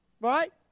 Right